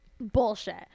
Bullshit